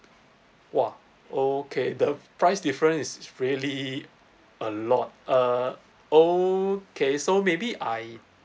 !wah! okay the price difference is really a lot uh okay so maybe I